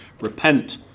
repent